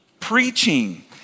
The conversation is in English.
preaching